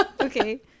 Okay